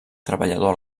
treballador